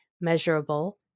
measurable